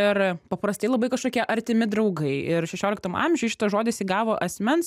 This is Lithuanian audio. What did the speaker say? ir paprastai labai kažkokie artimi draugai ir šešioliktam amžiuj šitas žodis įgavo asmens